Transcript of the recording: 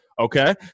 Okay